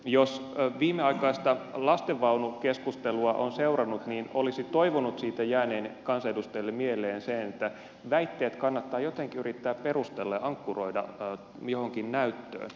jos viimeaikaista lastenvaunukeskustelua on seurannut niin olisi toivonut siitä jääneen kansanedustajille mieleen sen että väitteet kannattaa jotenkin yrittää perustella ja ankkuroida johonkin näyttöön